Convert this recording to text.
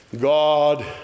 God